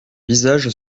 visage